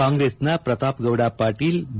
ಕಾಂಗ್ರೆಸ್ನ ಪ್ರತಾವ್ಗೌಡ ಪಾಟೀಲ್ ಬಿ